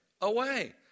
away